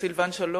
סילבן שלום,